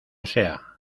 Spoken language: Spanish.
sea